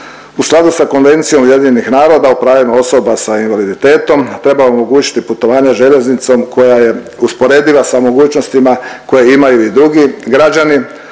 U skladu sa Konvencijom UN o pravima osoba sa invaliditetom treba omogućiti putovanja željeznicom koja je usporediva sa mogućnostima koje imaju i drugi građani.